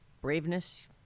braveness